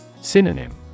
Synonym